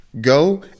go